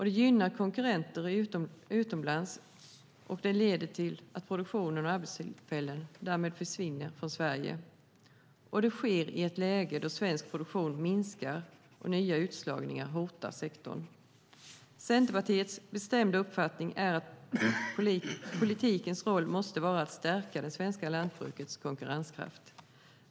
Det gynnar konkurrenter utomlands och leder till att produktion och arbetstillfällen försvinner från Sverige. Det sker dessutom i ett läge då svensk produktion minskar och nya utslagningar hotar sektorn. Centerpartiets bestämda uppfattning är att politikens roll måste vara att stärka det svenska lantbrukets konkurrenskraft.